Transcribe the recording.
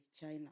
China